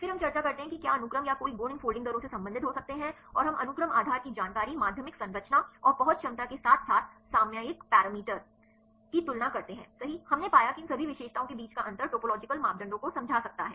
फिर हम चर्चा करते हैं कि क्या अनुक्रम या कोई गुण इन फोल्डिंग दरों से संबंधित हो सकते हैं और हम अनुक्रम आधार की जानकारी माध्यमिक संरचना और पहुँच क्षमता के साथ साथ सामयिक पैरामीटर सही की तुलना करते हैं हमने पाया कि इन सभी विशेषताओं के बीच का अंतर टोपोलॉजिकल मापदंडों को समझा सकता है